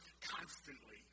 constantly